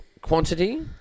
Quantity